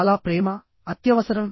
చాలా ప్రేమ అత్యవసరం